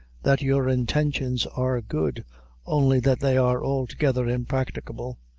that your intentions are good only that they are altogether impracticable.